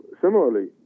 similarly